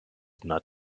not